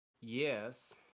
Yes